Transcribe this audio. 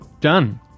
Done